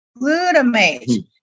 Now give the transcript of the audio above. Glutamate